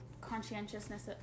conscientiousness